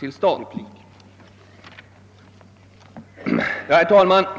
till stånd ett samarbete.